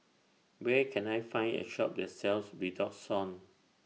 Where Can I Find A Shop that sells Redoxon